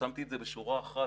שמתי את זה בשורה אחת,